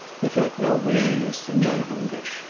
he felt no weariness and no hunger,